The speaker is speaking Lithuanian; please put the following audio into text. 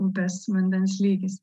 upės vandens lygis